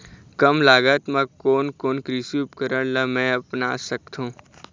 कम लागत मा कोन कोन कृषि उपकरण ला मैं अपना सकथो?